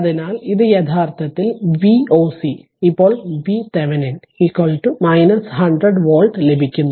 അതിനാൽ ഇത് യഥാർത്ഥത്തിൽ Voc ഇപ്പോൾ VThevenin 100 വോൾട്ട് ലഭിക്കുന്നു